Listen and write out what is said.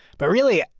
but really,